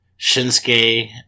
Shinsuke